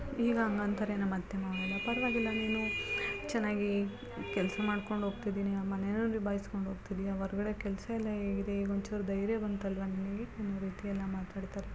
ಈಗ ಹಂಗಂತಾರೆ ನಮ್ಮ ಅತ್ತೆ ಮಾವ ಎಲ್ಲ ಪರ್ವಾಗಿಲ್ಲ ನೀನು ಚೆನ್ನಾಗಿ ಕೆಲಸ ಮಾಡ್ಕೊಂಡು ಹೋಗ್ತಿದೀನಿ ಮನೇನೂ ನಿಭಾಯಿಸ್ಕೊಂಡು ಹೋಗ್ತಿದೀಯ ಹೊರ್ಗಡೆ ಕೆಲಸ ಎಲ್ಲ ಹೇಗಿದೆ ಈಗ ಒಂಚೂರು ಧೈರ್ಯ ಬಂತಲ್ಲವಾ ನಿನಗೆ ಅನ್ನೋ ರೀತಿಯೆಲ್ಲ ಮಾತಾಡ್ತಾರೆ